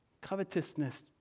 Covetousness